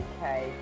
Okay